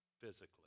Physically